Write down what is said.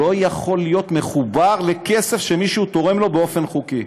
והוא לא יכול להיות מחובר לכסף שמישהו תורם לו באופן חוקי.